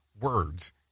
words